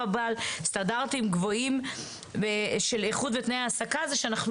בעל סטנדרטים גבוהים של איכות ותנאי העסקה הוא שאנחנו